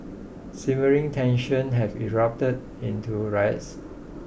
simmering tensions have erupted into riots